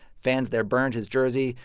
fans there burned his jersey.